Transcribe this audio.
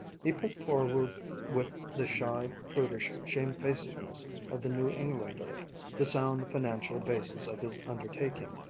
he put forward with the shy, prudish shamefacedness of the new englander the sound financial basis of his undertaking,